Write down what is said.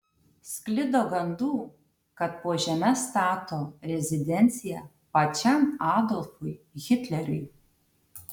sklido gandų kad po žeme stato rezidenciją pačiam adolfui hitleriui